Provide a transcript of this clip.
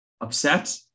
upset